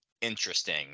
interesting